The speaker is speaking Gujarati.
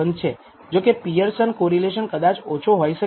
જોકે પિઅરસન કોરિલેશન કદાચ ઓછો હોઈ શકે